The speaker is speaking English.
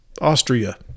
Austria